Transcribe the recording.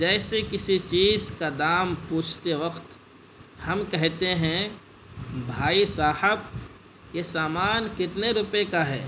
جیسے کسی چیز کا دام پوچھتے وقت ہم کہتے ہیں بھائی صاحب یہ سامان کتنے روپئے کا ہے